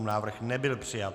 Návrh nebyl přijat.